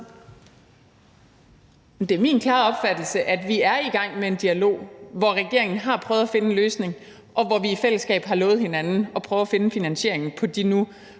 det er min klare opfattelse, at vi er i gang med en dialog, hvor regeringen har prøvet at finde en løsning, og hvor vi i fællesskab har lovet hinanden at prøve at finde finansieringen til de nu